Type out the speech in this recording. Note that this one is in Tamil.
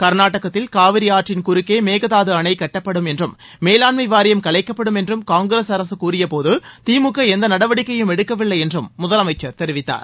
கர்நாடகத்தில் காவிரி ஆற்றின் குறுக்கே மேகதாது அணை கட்டப்படும் என்றும் மேலாண்மை வாரியம் கலைக்கப்படும் என்றும் காங்கிரஸ் அரசு கூறிய போது திமுக எந்த நடவடிக்கையும் எடுக்கவில்லை என்றும் முதலமைச்சர் தெரிவித்தார்